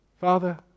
Father